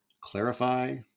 clarify